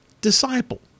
Disciple